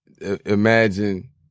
imagine